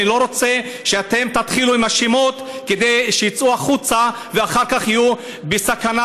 אני לא רוצה שאתם תתחילו עם השמות כדי שיצאו החוצה ואחר כך יהיו בסכנה,